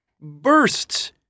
bursts